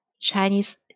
Chinese